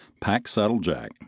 pack-saddle-jack